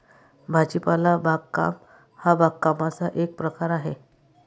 भाजीपाला बागकाम हा बागकामाचा एक प्रकार आहे